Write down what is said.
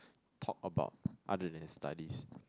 talk about other then studies